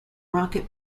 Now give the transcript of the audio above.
rocket